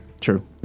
True